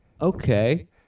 okay